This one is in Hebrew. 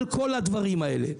על כל הדברים האלה.